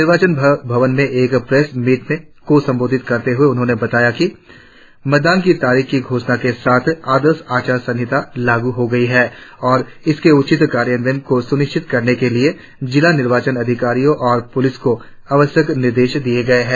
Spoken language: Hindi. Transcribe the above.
निर्वाचन भवन में एक प्रेस मीट को संबोधित करते हुए उन्होंने बताया कि मतदान की तारीखों की घोषणा के साथ आदर्श आचार संहिता लागू हो गई है और इसके उचित कार्यान्वयन को सुनिश्चित करने के लिए जिला निर्वाचन अधिकारियों और पुलिस को आवश्यक निर्देश दिए गए है